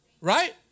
Right